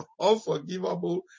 unforgivable